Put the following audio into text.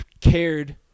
cared